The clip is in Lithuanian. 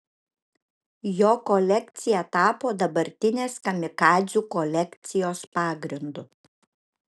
jo kolekcija tapo dabartinės kamikadzių kolekcijos pagrindu